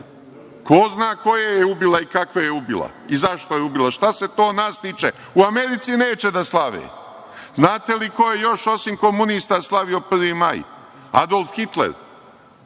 Ko zna koje je ubila i kakve je ubila i zašto je ubila. Šta se to nas tiče. U Americi neće da slave. Znate li ko je još osim komunista slavio 1. maj? Adolf Hitler.